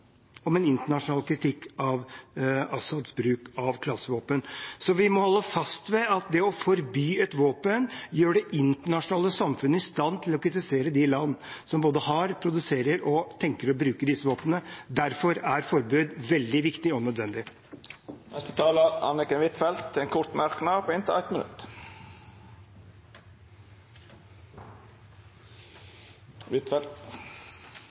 om en internasjonal kritikk av Assads bruk av klasevåpen. Vi må holde fast ved at det å forby et våpen gjør det internasjonale samfunnet i stand til å kritisere de landene som både har, produserer og tenker å bruke disse våpnene. Derfor er forbud veldig viktig og nødvendig. Representanten Anniken Huitfeldt har hatt ordet to gonger tidlegare og får ordet til ein kort merknad,